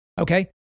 Okay